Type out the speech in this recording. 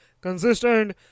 consistent